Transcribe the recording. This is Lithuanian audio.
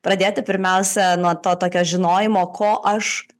pradėti pirmiausia nuo to tokio žinojimo ko aš